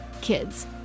kids